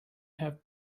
have